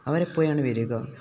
അവരെപ്പോഴാണ് വരിക